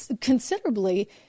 considerably